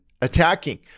attacking